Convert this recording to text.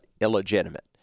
illegitimate